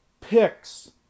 picks